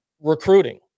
recruiting